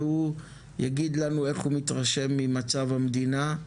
והוא יגיד לנו איך הוא מתרשם ממצב המדינה,